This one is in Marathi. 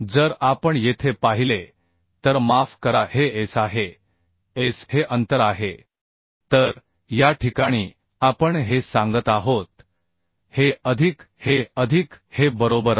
जर आपण येथे पाहिले तर माफ करा हे s आहे s हे अंतर आहे तर या ठिकाणी आपण हे सांगत आहोत हे अधिक हे अधिक हे बरोबर आहे